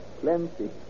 plenty